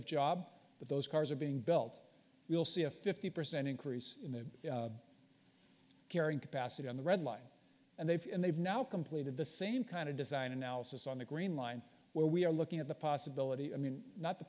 of job but those cars are being built you'll see a fifty percent increase in the carrying capacity on the red line and they've and they've now completed the same kind of design analysis on the green line where we are looking at the possibility i mean not the